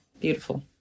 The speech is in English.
Beautiful